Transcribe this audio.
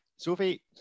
Sophie